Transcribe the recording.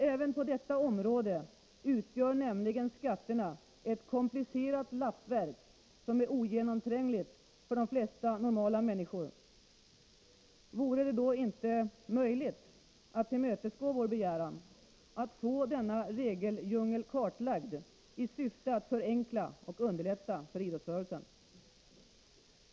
Även på detta område utgör nämligen skatterna ett komplicerat lappverk, som är ogenomträngligt för de flesta normala människor. Vore det då inte möjligt att tillmötesgå vår begäran att få denna regeldjungel kartlagd i syfte att förenkla och underlätta för idrottsrörelsen?